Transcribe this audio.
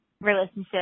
relationship